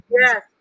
Yes